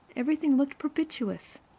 everything looked propitious.